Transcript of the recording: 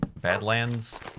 Badlands